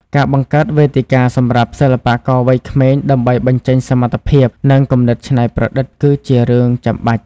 ការបង្កើតវេទិកាសម្រាប់សិល្បករវ័យក្មេងដើម្បីបញ្ចេញសមត្ថភាពនិងគំនិតច្នៃប្រឌិតគឺជារឿងចាំបាច់។